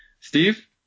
Steve